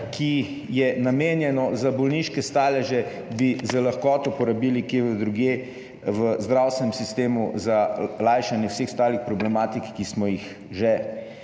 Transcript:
ki je namenjenih za bolniške staleže, bi z lahkoto porabili kje drugje v zdravstvenem sistemu za lajšanje vseh ostalih problematik, ki smo jih že